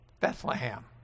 Bethlehem